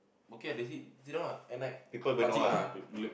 okay that's it sit down ah at night Pakcik ah